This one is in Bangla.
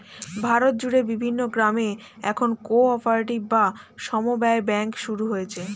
ভারত জুড়ে বিভিন্ন গ্রামে এখন কো অপারেটিভ বা সমব্যায় ব্যাঙ্ক শুরু হচ্ছে